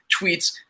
tweets